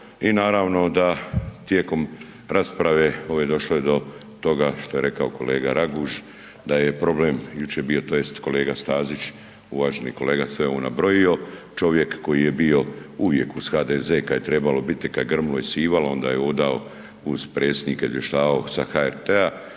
i naravno da tijekom rasprave došlo je do toga što je rekao kolega Raguž da je problem jučer bio tj. kolega Stazić uvaženi kolega sve je on nabrojio, čovjek koji je bio uvijek uz HDZ kada je trebalo biti kada je krmilo i sivalo onda je odao uz predsjednike, izvještavao sa HRT-a,